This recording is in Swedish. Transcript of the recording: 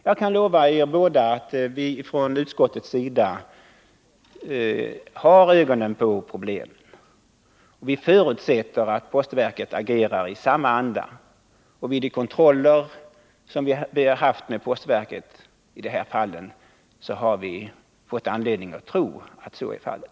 Jag kan lova er båda att vi från utskottets sida har ögonen på problemen, och vi förutsätter att postverket agerar i samma anda. De kontroller som vi har haft med postverket i de här fallen har givit oss anledning tro att så är fallet.